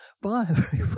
Bye